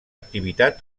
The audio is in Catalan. activitat